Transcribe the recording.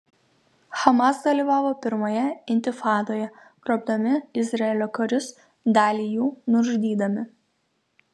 hamas dalyvavo pirmoje intifadoje grobdami izraelio karius dalį jų nužudydami